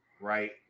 right